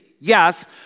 yes